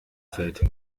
fällt